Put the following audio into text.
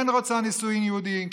כן רוצה נישואים יהודיים,